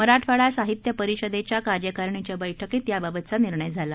मराठवाडासाहित्यपरिषदेच्याकार्यकारिणीच्याबैठकीतयाबाबतचानिर्णयझाला